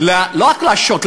לא רק להשעות,